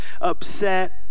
upset